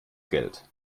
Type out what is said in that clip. geld